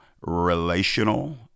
relational